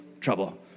trouble